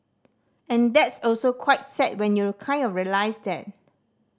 and that's also quite sad when you kind of realise that